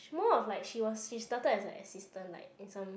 more of like she was she started as a assistant like in some